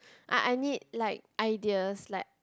I I need like ideas like